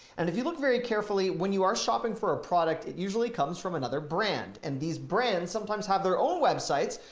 and if you look very carefully when you are shopping for a product, it usually comes from another brand. and these brands sometimes have their own websites,